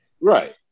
Right